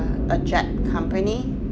a jap company